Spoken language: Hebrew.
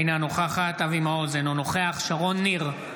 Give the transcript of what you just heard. אינה נוכחת אבי מעוז, אינו נוכח שרון ניר,